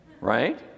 right